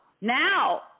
now